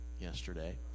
yesterday